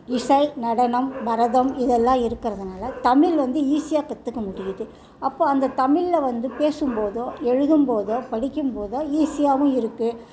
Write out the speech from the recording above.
இசை நடனம் பரதம் இதெல்லாம் இருக்கிறதுனால தமிழ் வந்து ஈஸியாக கற்றுக்க முடியுது அப்போது அந்த தமிழில் வந்து பேசும்போதோ எழுதும்போதோ படிக்கும்போதோ ஈஸியாகவும் இருக்கும்